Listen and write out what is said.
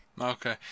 Okay